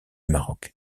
maroc